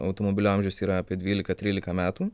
automobilio amžius yra apie dvylika trylika metų